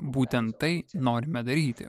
būtent tai norime daryti